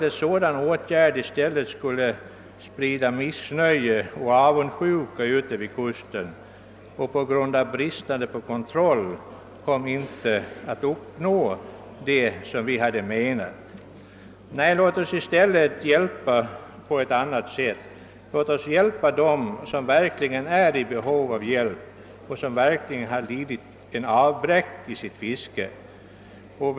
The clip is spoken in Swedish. En sådan åtgärd kunde i stället sprida missnöje och avundsjuka vid kusterna och på grund av bristande möjligheter till kontroll skulle vi inte uppnå det som hade varit avsikten med åtgärden. Nej, låt oss i stället hjälpa på anmat sätt. Låt oss hjälpa dem som verkligen är i behov därav genom att de har lidit avbräck i sitt fiske. Herr talman!